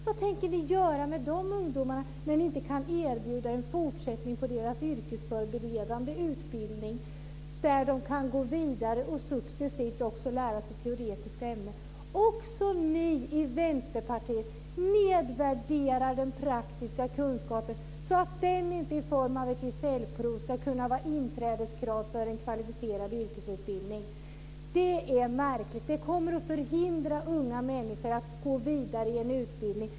Vad tänker ni göra med de här ungdomarna när ni inte kan erbjuda en fortsättning på deras yrkesförberedande utbildning så att de kan gå vidare och successivt också lära sig teoretiska ämnen? Också ni i Vänsterpartiet nedvärderar den praktiska kunskapen så att den i form av ett gesällprov inte ska kunna vara inträdeskrav för kvalificerad yrkesutbildning. Detta är märkligt och detta kommer att förhindra unga människor att gå vidare i en utbildning.